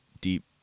deep